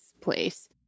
place